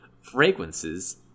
fragrances